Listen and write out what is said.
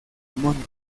monte